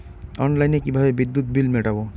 অনলাইনে কিভাবে বিদ্যুৎ বিল মেটাবো?